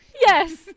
Yes